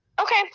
Okay